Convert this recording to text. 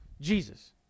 Jesus